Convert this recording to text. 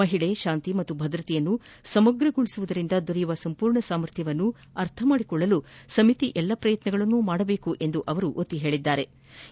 ಮಹಿಳೆ ಶಾಂತಿ ಮತ್ತು ಭದ್ರತೆಯನ್ನು ಸಮಗ್ರಗೊಳಿಸುವುದರಿಂದ ದೊರೆಯುವ ಸಂಪೂರ್ಣ ಸಾಮರ್ಥ್ಲವನ್ನು ಅರ್ಥಮಾಡಿಕೊಳ್ಲಲು ಸಮಿತಿ ಎಲ್ಲಾ ಪ್ರಯತ್ನಗಳನ್ನು ಮಾಡಬೇಕೆಂದು ಅವರು ಒತ್ತಿ ಹೇಳದರು